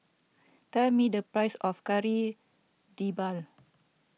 tell me the price of Kari Debal